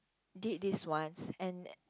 did this once and